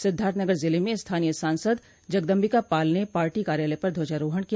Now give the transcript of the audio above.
सिद्धार्थ नगर जिले में स्थानीय सांसद जगदम्बिका पाल ने पार्टी कार्यालय पर ध्वजारोहण किया